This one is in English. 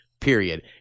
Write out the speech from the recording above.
period